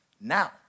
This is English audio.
now